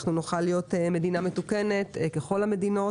נוכל להיות מדינה מתוקנת ככל המדינות,